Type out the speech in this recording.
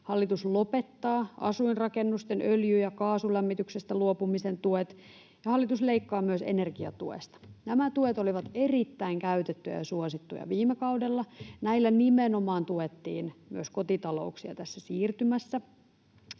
Hallitus lopettaa asuinrakennusten öljy- ja kaasulämmityksestä luopumisen tuet, ja hallitus leikkaa myös energiatuesta. Nämä tuet olivat erittäin käytettyjä ja suosittuja viime kaudella. Näillä nimenomaan tuettiin myös kotitalouksia tässä siirtymässä.